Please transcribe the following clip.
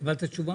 אין לכם כלים?